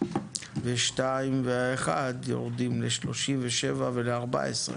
ואשכולות 2 ו-1 יורדים ל-37% ול-14%.